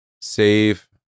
save